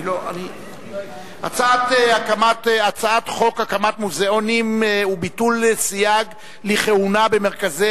הצעת חוק הקמת מוזיאונים וביטול סייג לכהונה במרכזי